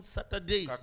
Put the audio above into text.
Saturday